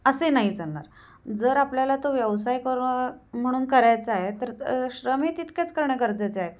असे नाही चालणार जर आपल्याला तो व्यवसाय कर म्हणून करायचा आहे तर श्रमही तितकेच करणं गरजेचं आहे